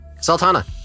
Sultana